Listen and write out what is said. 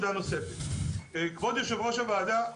כבוד יושב ראש הוועדה,